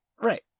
Right